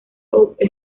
hope